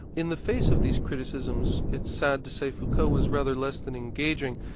in the face of these criticisms, it's sad to say, foucault was rather less than engaging,